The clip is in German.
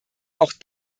auch